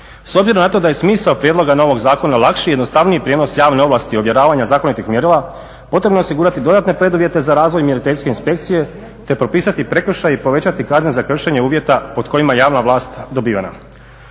S obzirom na to da je smisao prijedloga novog zakona lakši, jednostavniji, prijenos javne ovlasti ovjeravanja zakonitih mjerila, potrebno je osigurati dodatne preduvjete za razvoj mjeriteljske inspekcije te propisati prekršaje i povećati kazne za kršenje uvjeta pod kojima je javna vlast dobivena.